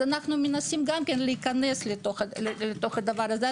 אנחנו מנסים גם להיכנס לדבר הזה.